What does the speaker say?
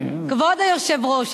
כבוד היושב-ראש,